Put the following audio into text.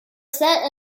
set